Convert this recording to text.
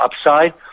upside